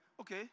Okay